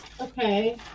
Okay